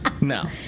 No